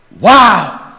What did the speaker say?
Wow